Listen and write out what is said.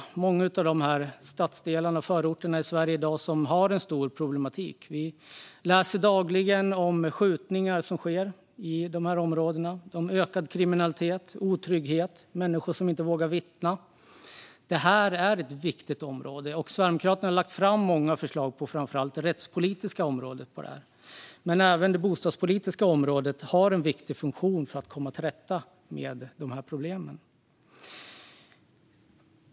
Många av dessa stadsdelar och förorter i Sverige har i dag en stor problematik. Vi läser dagligen om skjutningar som sker i dessa områden och om ökad kriminalitet, otrygghet och människor som inte vågar vittna. Det är ett viktigt område, och Sverigedemokraterna har lagt fram många förslag, framför allt på det rättspolitiska området. Men även det bostadspolitiska området har en viktig funktion när det gäller att komma till rätta med problemen.